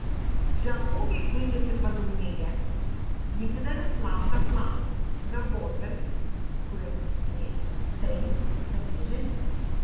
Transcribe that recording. žemaūgiai kuičiasi padugnėje vykdydami slaptą planą darbotvarkę kurios esmė tai kad jie žemi